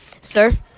Sir